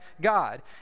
God